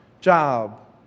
job